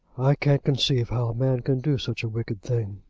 i can't conceive how a man can do such a wicked thing,